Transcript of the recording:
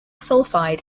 sulfide